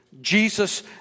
Jesus